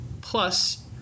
plus